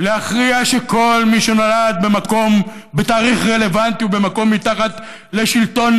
להכריע שכל מי שנולד בתאריך רלוונטי ובמקום שמתחת לשלטון